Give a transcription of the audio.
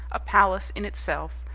a palace in itself,